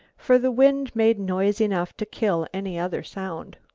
for the wind made noise enough to kill any other sound.